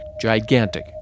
gigantic